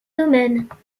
domaines